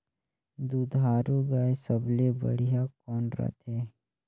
दुधारू गाय सबले बढ़िया कौन रथे?